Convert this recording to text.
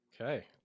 Okay